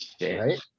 right